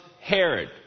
herod